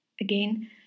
Again